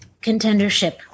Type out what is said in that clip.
contendership